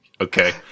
Okay